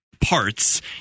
parts